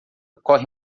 corre